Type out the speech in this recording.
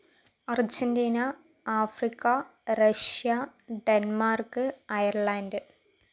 Argentina Africa Russia Denmark Ireland